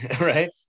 right